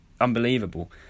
Unbelievable